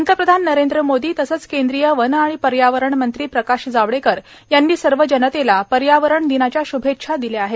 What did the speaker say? पंतप्रधान नरेंद्र मोदी तसंच केंद्रीय वन आणि पर्यावरण मंत्री प्रकाश जावडेकर यांनी सर्व जनतेला पर्यावरण दिनाच्या शुभेच्छा दिल्या आहेत